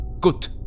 good